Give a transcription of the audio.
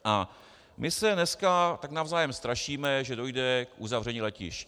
A my se dneska navzájem strašíme, že dojde k uzavření letišť.